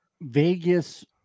Vegas